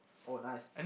oh nice